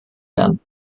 werden